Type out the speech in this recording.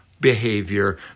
behavior